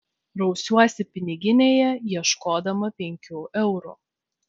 rausiuosi piniginėje ieškodama penkių eurų